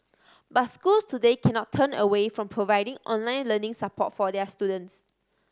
but schools today cannot turn away from providing online learning support for their students